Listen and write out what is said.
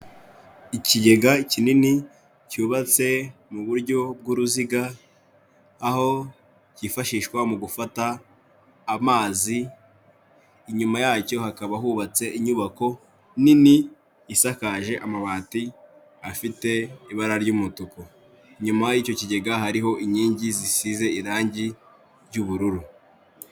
Ikigega kinini cyubatse mu buryo bw'uruziga, aho kifashishwa mu gufata amazi, inyuma yacyo hakaba hubatse inyubako nini isakaje amabati afite ibara ry'umutuku. Inyuma y'icyo kigega hariho inkingi zisize irangi ry'ubururu.